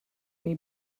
may